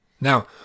Now